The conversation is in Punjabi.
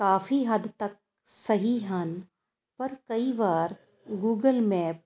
ਕਾਫੀ ਹੱਦ ਤੱਕ ਸਹੀ ਹਨ ਪਰ ਕਈ ਵਾਰ ਗੂਗਲ ਮੈਪ